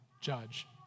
judge